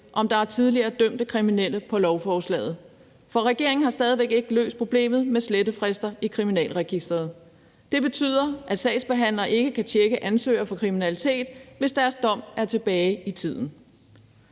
om der er tidligere dømte kriminelle på lovforslaget, for regeringen har stadig væk ikke løst problemet med slettefrister i Kriminalregisteret. Det betyder, at sagsbehandlere ikke kan tjekke ansøgere for kriminalitet, hvis deres dom er tilbage i tiden.